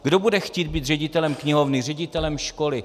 Kdo bude chtít být ředitelem knihovny, ředitelem školy?